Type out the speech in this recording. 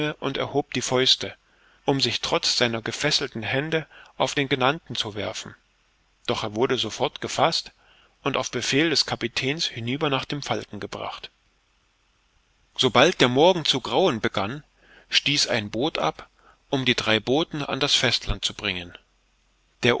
und erhob die fäuste um sich trotz seiner gefesselten hände auf den genannten zu werfen doch wurde er sofort gefaßt und auf befehl des kapitäns hinüber nach dem falken gebracht sobald der morgen zu grauen begann stieß ein boot ab um die drei boten an das festland zu bringen der